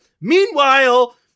Meanwhile